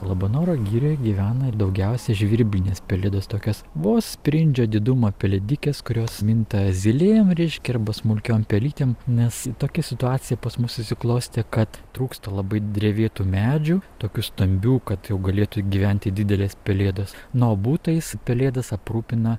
labanoro girioj gyvena ir daugiausia žvirblinės pelėdos tokios vos sprindžio didumo pelėdikės kurios minta zylėm reiškia arba smulkiom pelytėm nes tokia situacija pas mus susiklostė kad trūksta labai drevėtų medžių tokių stambių kad jau galėtų gyventi didelės pelėdos na o butais pelėdas aprūpina